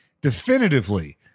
definitively